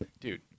Dude